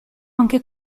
anche